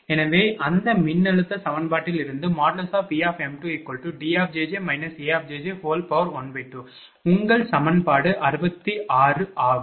எனவே அந்த மின்னழுத்த சமன்பாட்டிலிருந்து Vm2Djj A12 உங்கள் சமன்பாடு 66 ஆகும்